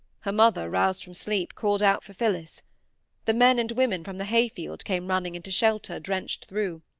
her mother, roused from sleep, called out for phillis the men and women from the hay-field came running into shelter, drenched through.